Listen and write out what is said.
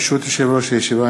ברשות יושב-ראש הישיבה,